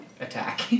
attack